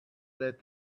lit